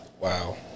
Wow